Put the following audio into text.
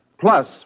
plus